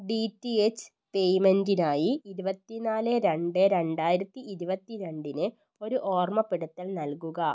D T H പേയ്മെന്റിനായി ഇരുപത്തി നാല് രണ്ട് രണ്ടായിരത്തി ഇരുപത്തി രണ്ടിന് ഒരു ഓർമ്മപ്പെടുത്തൽ നൽകുക